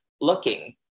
looking